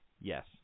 Yes